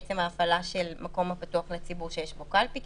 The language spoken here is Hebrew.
עצם ההפעלה של מקום הפתוח לציבור שיש בו קלפי כי